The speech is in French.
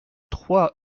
trois